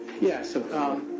Yes